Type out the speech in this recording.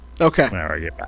okay